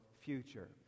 future